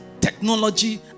technology